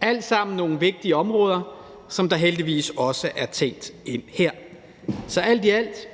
alt sammen nogle vigtige områder, som heldigvis også er tænkt ind her. Så alt i alt